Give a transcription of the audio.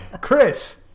Chris